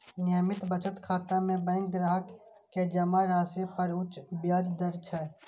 नियमित बचत खाता मे बैंक ग्राहक कें जमा राशि पर उच्च ब्याज दै छै